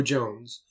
Jones